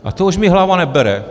A to už mi hlava nebere.